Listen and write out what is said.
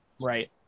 right